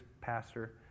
pastor